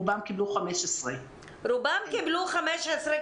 רובם קיבלו 15,000. רובם קיבלו 15,000,